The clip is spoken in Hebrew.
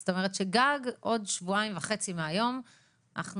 זאת אומרת שגג עוד שבועיים וחצי והיום אנחנו